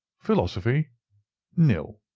philosophy nil.